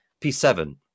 P7